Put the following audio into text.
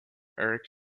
eric